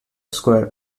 square